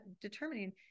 determining